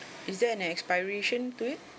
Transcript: is there any expiration to it